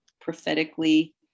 prophetically